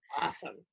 Awesome